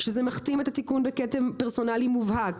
שזה מכתים את התיקון בכתם פרסונלי מובהק,